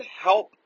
help